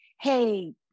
hey